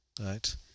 right